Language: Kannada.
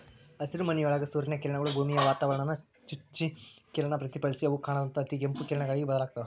ಹಸಿರುಮನಿಯೊಳಗ ಸೂರ್ಯನ ಕಿರಣಗಳು, ಭೂಮಿಯ ವಾತಾವರಣಾನ ಚುಚ್ಚಿ ಕಿರಣ ಪ್ರತಿಫಲಿಸಿ ಅವು ಕಾಣದಂತ ಅತಿಗೆಂಪು ಕಿರಣಗಳಾಗಿ ಬದಲಾಗ್ತಾವ